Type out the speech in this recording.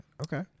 okay